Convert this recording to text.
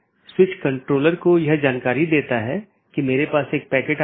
जो हम चर्चा कर रहे थे कि हमारे पास कई BGP राउटर हैं